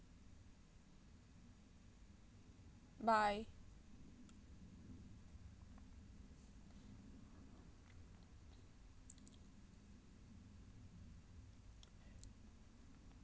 bye